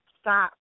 stop